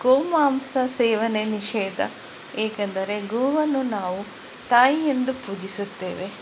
ಗೋಮಾಂಸ ಸೇವನೆ ನಿಷೇಧ ಏಕೆಂದರೆ ಗೋವನ್ನು ನಾವು ತಾಯಿ ಎಂದು ಪೂಜಿಸುತ್ತೇವೆ